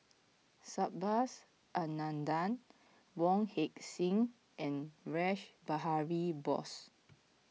Subhas Anandan Wong Heck Sing and Rash Behari Bose